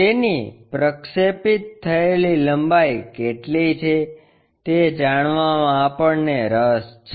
તેની પ્રક્ષેપિત થયેલી લંબાઈ કેટલી છે તે જાણવામાં આપણને રસ છે